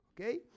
Okay